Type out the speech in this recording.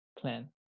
plan